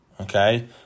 Okay